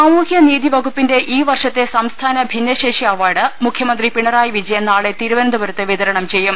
സാമൂഹ്യനീതി വകുപ്പിന്റെ ഈവർഷത്തെ സംസ്ഥാന ഭിന്ന ശേഷി അവാർഡ് മുഖ്യമന്ത്രി പിണറായി വിജയൻ നാളെ തിരുവ നന്തപുരത്ത് വിതരണം ചെയ്യും